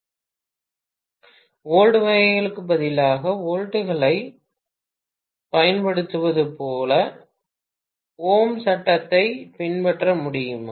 மாணவர் வோல்ட் வகைகளுக்கு பதிலாக 0517 வோல்ட்களைப் பயன்படுத்துவது போல ஓம் சட்டத்தைப் பின்பற்ற முடியுமா